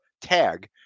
tag